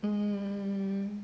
mm